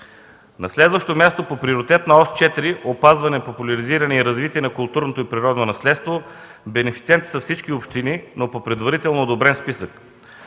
На следващо място, по Приоритетна ос 4 „Опазване, популяризиране и развитие на културното и природно наследство” бенефициенти са всички общини, но по предварително одобрен списък.